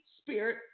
Spirit